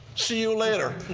see you later,